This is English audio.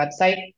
website